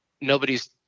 nobody's